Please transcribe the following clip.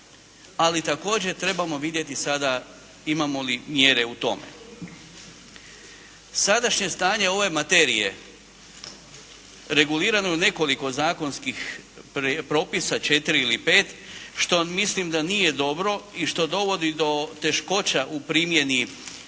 Ali također trebamo vidjeti sada imamo li mjere u tome. Sadašnje stanje ove materije regulirano u nekoliko zakonskih propisa četiri ili pet što mislim da nije dobro i što dovodi do teškoća u primjeni